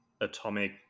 atomic